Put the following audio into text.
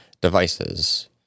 devices